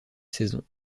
saison